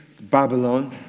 Babylon